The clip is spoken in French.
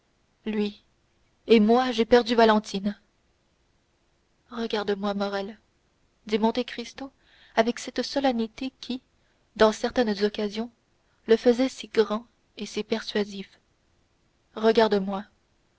lui et moi j'ai perdu valentine regarde-moi morrel dit monte cristo avec cette solennité qui dans certaines occasions le faisait si grand et si persuasif regarde-moi